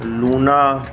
Luna